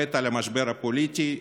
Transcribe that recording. כבד על המשבר הפוליטי,